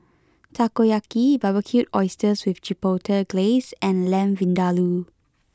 Takoyaki Barbecued Oysters with Chipotle Glaze and Lamb Vindaloo